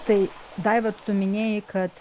tai daiva tu minėjai kad